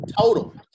Total